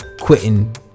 quitting